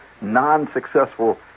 non-successful